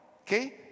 Okay